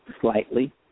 slightly